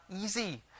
easy